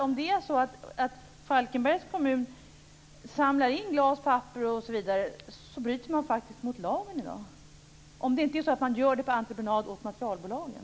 Om Falkenbergs kommun samlar in glas, papper osv. bryter man faktiskt mot lagen i dag, om det inte är så att man gör det på entreprenad åt materialbolagen.